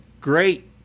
great